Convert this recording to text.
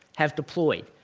have deployed.